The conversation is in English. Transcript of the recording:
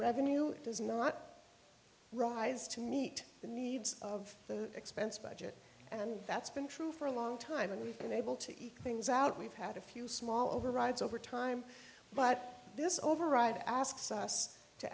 revenue does not rise to meet the needs of the expense budget and that's been true for a long time and we've been able to things out we've had a few small overrides over time but this override asks us to